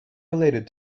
related